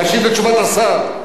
להשיב לתשובת השר.